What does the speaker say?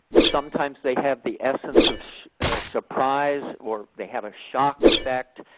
sometimes they have the essence of surprise, or they have a shock effect.